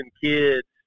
kids